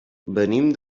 venim